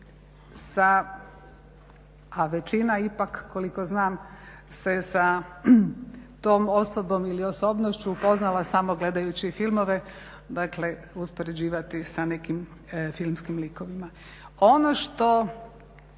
a većina ipak koliko znam se sa tom osobom ili osobnošću upoznala samo gledajući filmove, dakle uspoređivati sa nekim filmskim likovima. Ono što